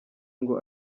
ngo